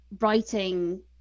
writing